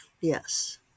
yes